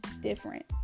different